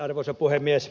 arvoisa puhemies